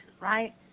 right